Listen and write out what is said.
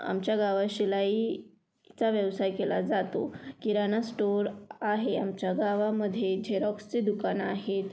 आमच्या गावात शिलाईचा व्यवसाय केला जातो किराणा स्टोर आहे आमच्या गावामध्ये झेरॉक्सचे दुकान आहेत